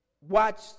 Watch